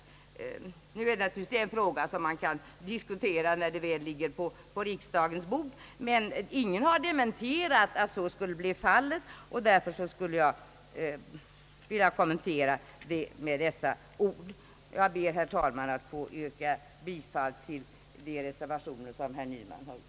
Detta är naturligtvis en fråga som man kan diskutera när förslaget väl ligger på riksdagens bord, men ingen har dementerat ryktena, och därför har jag velat kommentera dem med dessa ord. Jag ber, herr talman, att få yrka bifall till de reservationer som är fogade till denna punkt.